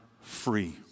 free